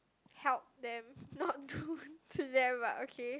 help them not do to them but okay